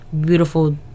beautiful